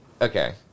Okay